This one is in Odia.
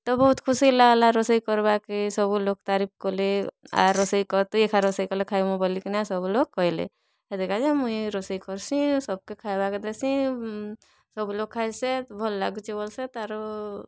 ତ ବହୁତ୍ ଖୁସି ଲାଗ୍ଲା ରୋଷେଇ କାର୍ବାକେ ସବୁ ଲୋକ୍ ତାରିଫ୍ କଲେ ଆର୍ ରୋଷେଇ କର୍ ତୁଇ ଏଖା ରୋଷେଇ କଲେ ଖାଇମୁ ବୋଲିକିନା ସବୁ ଲୋକ୍ କହେଲେ ହେଥିର୍କାଯେ ମୁଇଁ ରୋଷେଇ କର୍ସିଁ ସବ୍କେ ଖାଇବାକେ ଦେସିଁ ସବୁ ଲୋକ୍ ଖାଇସେତ୍ ଭଲ୍ ଲାଗୁଛେ ବୋଲ୍ସେତ୍ ଆରୁ